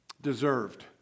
deserved